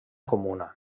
comuna